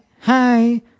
hi